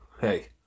hey